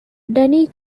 denny